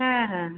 ᱦᱮᱸ ᱦᱮᱸ ᱦᱮᱸ